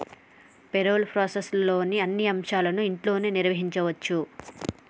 payroll ప్రాసెస్లోని అన్ని అంశాలను ఇంట్లోనే నిర్వహించచ్చు